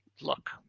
look